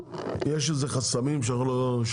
שיהיה לך הרבה יותר קל להשוות.